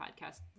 podcast